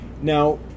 now